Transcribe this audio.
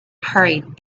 hurried